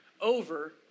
over